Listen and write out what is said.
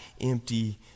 empty